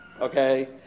okay